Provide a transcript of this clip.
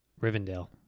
Rivendell